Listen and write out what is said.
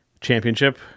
Championship